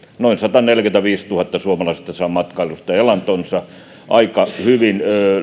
noin sataneljäkymmentäviisituhatta suomalaista saa matkailusta elantonsa aika hyvin